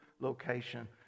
location